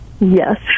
Yes